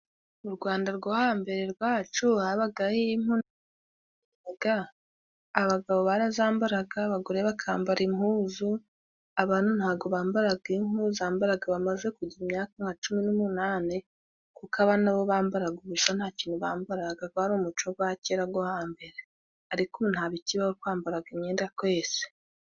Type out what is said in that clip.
Mu Rwanda rwo hambere rwacu habagaho impu bambaraga. Abagabo barazambaraga, abagore bakambara impuzu. Abana ntago bambaraga impu, zambaraga abamaze kugira imyaka nka cumi n'umunane kuko abana bo bambaraga ubusa nta kintu bambararaga, gwari umuco gwa kera go hambere ariko nta bikibaho twambaraga imyenda twese.